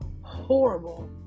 horrible